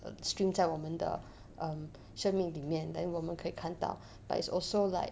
um stream 在我们的生命里面 then 我们可以看到 but it's also like